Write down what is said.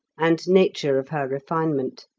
and nature of her refinement.